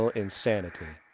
insanity.